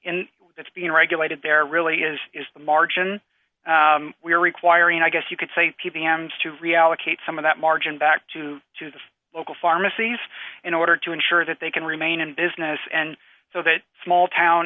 that's being regulated there really is is the margin we are requiring i guess you could say p p m to reallocate some of that margin back to to the local pharmacies in order to ensure that they can remain in business and so that small town